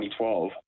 2012